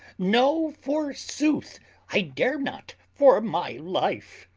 no, forsooth i dare not for my life.